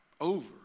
over